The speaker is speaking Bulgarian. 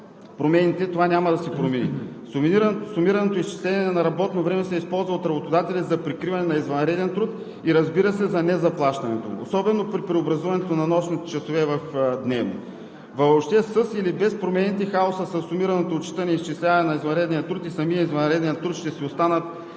това няма да се промени. Сумираното изчисление на работното време се използва от работодателя за прикриване на извънреден труд и, разбира се, за незаплащането му, особено при преобразуването на нощните часове в дневни. Въобще със или без промените хаосът със сумираното отчитане и изчисляване на извънредния труд и самия извънреден труд ще си остане,